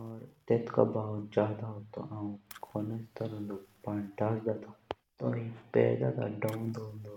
औऱ तेतोका भाव जादा होंदा था तो हौं कोनेस्ट्रंदो धसदा ता तब पेर्डा ता दोव दोव्न्दो।